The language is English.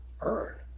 earn